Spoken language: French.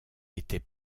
était